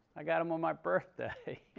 i got them on my birthday.